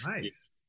nice